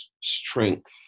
strength